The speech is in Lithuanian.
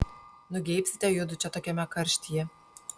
nugeibsite judu čia tokiame karštyje